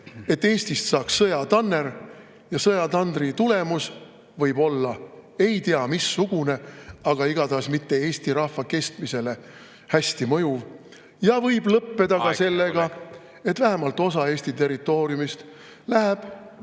et Eestist saaks sõjatanner. Ja sõjatandri tulemus võib olla kes teab missugune. Igatahes Eesti rahva kestmisele see hästi ei mõju ja võib lõppeda sellega, et vähemalt osa Eesti territooriumist läheb